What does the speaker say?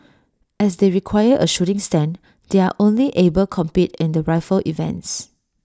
as they require A shooting stand they are only able compete in the rifle events